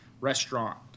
restaurant